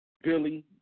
billy